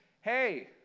hey